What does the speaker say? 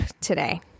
today